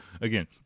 again